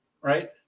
right